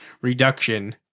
reduction